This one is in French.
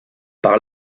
par